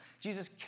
Jesus